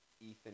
Ethan